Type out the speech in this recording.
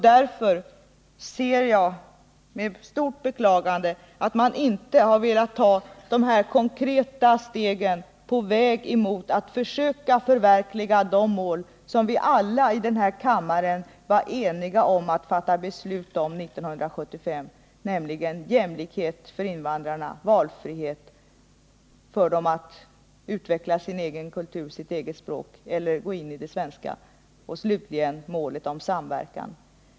Därför ser jag med stort beklagande att man inte har velat ta de här konkreta stegen på väg mot att försöka förverk.iga de mål som vi alla i denna kammare var eniga om att fatta beslut om 1975, nämligen jämlikhet för invandrare, valfrihet för dem att utveckla sin egen kultur och sitt eget språk eller att gå in i det svenska samhället och slutligen målet om samverkan.